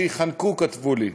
שייחנקו, כתבו לי,